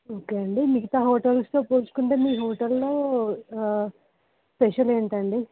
okay అండి మిగతా హోటల్స్తో పోల్చుకుంటే మీ హోటల్లో స్పెషల్ ఏంటండి